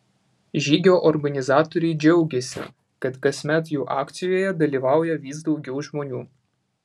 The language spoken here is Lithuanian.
žygio organizatoriai džiaugiasi kad kasmet jų akcijoje dalyvauja vis daugiau žmonių